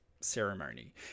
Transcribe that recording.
ceremony